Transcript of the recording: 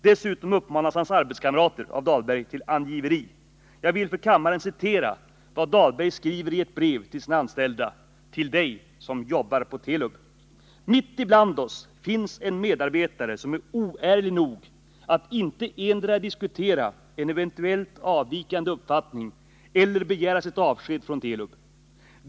Dessutom uppmanas hans arbetskamrater av Dahlberg till angiveri. Jag vill för kammaren citera vad Dahlberg skriver i ett brev till sina anställda: ”Till Dig, som jobbar på Telub! Mitt ibland oss finns en medarbetare, som är oärlig nog att inte endera diskutera en eventuellt avvikande uppfattning eller begära sitt avsked från Telub.